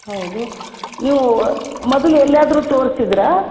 ಹೌದು ನೀವು ಮೊದಲು ಎಲ್ಲಿಯಾದರೂ ತೋರಿಸಿದ್ರಾ